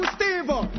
Steve